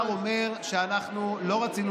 שר המשפטים גדעון סער אומר שאנחנו לא רצינו